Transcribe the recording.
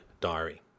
diary